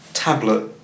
Tablet